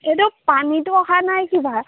এইটো পানীটো অহা নাই কিবা